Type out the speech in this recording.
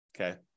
Okay